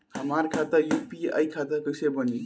हमार खाता यू.पी.आई खाता कइसे बनी?